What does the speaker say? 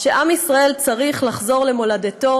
שעם ישראל צריך לחזור למולדתו